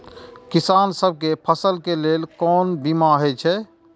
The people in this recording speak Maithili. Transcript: किसान सब के फसल के लेल कोन कोन बीमा हे छे?